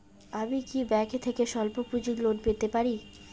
আমি কি ব্যাংক থেকে স্বল্প পুঁজির লোন পেতে পারি?